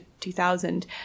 2000